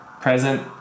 present